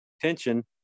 tension